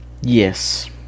Yes